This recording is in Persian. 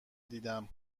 دیدم